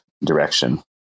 direction